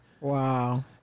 Wow